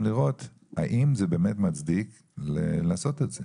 לראות האם זה באמת מצדיק לעשות את זה.